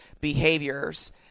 behaviors